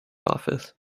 office